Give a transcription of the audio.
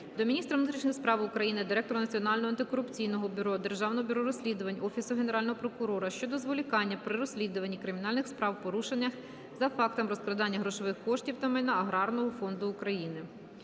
до міністра внутрішніх справ України, директора Національного антикорупційного бюро України, Державного бюро розслідувань, Офісу Генерального прокурора щодо зволікання при розслідуванні кримінальних справ, порушених за фактами розкрадання грошових коштів та майна Аграрного фонду України.